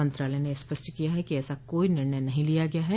मंत्रालय ने स्पष्ट किया है कि ऐसा कोई निर्णय नहीं लिया गया है